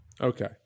Okay